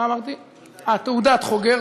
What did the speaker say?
תעודת חוגר.